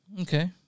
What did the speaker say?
Okay